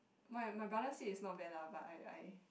my my brother said is not bad lah but I I